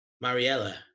Mariella